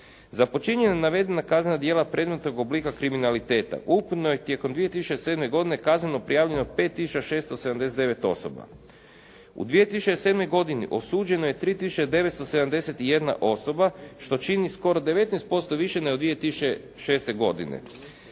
Za počinjena navedena kaznena djela predmetnog oblika kriminaliteta ukupno je tijekom 2007. godine kazneno prijavljeno 5679 osoba. U 2007. godini osuđeno je 3971 osoba što čini skoro 19% više nego 2006. godine.